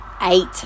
eight